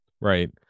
right